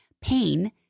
pain